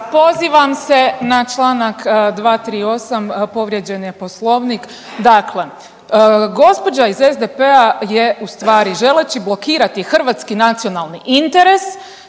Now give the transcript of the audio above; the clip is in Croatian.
Pozivam se na članak 238. povrijeđen je Poslovnik. Dakle, gospođa iz SDP-a je u stvari želeći blokirati hrvatski nacionalni interes